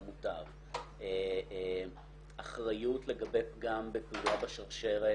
אני מתכבדת לפתוח את דיון מספר 11 בהצעת